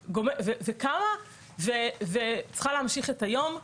קמה וצריכה להמשיך את היום.